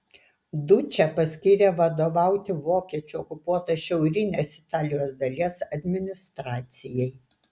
dučę paskyrė vadovauti vokiečių okupuotos šiaurinės italijos dalies administracijai